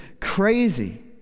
crazy